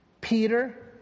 Peter